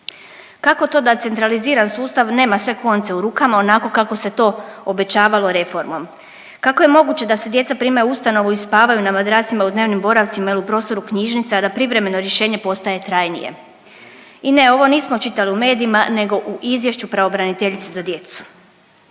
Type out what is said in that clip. Kako to da centraliziran sustav nema sve konce u rukama onako kako se to obećavalo reformom? Kako je moguće da se djeca prime u ustanovu i spavaju na madracima u dnevnim boravcima ili u prostoru knjižnica, a da privremeno rješenje postaje trajnije? I ne, ovo nismo čitali u medijima nego u izvješću pravobraniteljice za djecu.